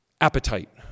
appetite